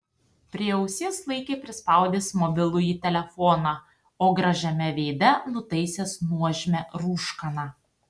prie ausies laikė prispaudęs mobilųjį telefoną o gražiame veide nutaisęs nuožmią rūškaną